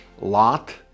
Lot